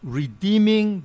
redeeming